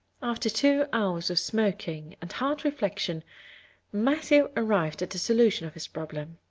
after two hours of smoking and hard reflection matthew arrived at a solution of his problem.